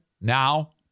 now